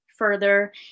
further